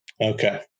okay